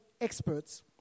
experts